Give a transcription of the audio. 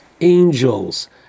angels